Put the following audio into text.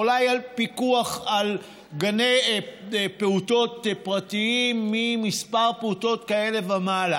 אולי פיקוח על גני פעוטות פרטיים ממספר פעוטות כזה ומעלה,